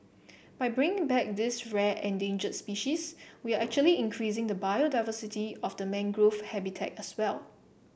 by bringing back this rare endangered species we are actually increasing the biodiversity of the mangrove habitat as well